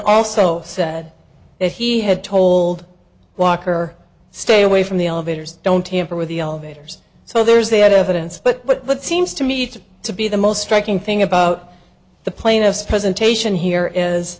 also said that he had told walker stay away from the elevators don't tamper with the elevators so there's they had evidence but what seems to me to to be the most striking thing about the plaintiff's presentation here is